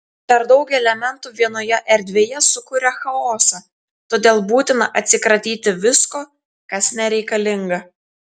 per daug elementų vienoje erdvėje sukuria chaosą todėl būtina atsikratyti visko kas nereikalinga